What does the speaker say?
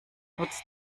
nutzt